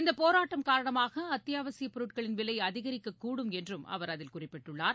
இந்தபோராட்டம் காரணமாகஅத்தியாவசியப் பொருட்களின் விலைஅதிகரிக்கக்கூடும் என்றும் அவர் அதில் குறிப்பிட்டுள்ளார்